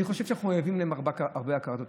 אני חושב שאנחנו חייבים להם הרבה הכרת הטוב.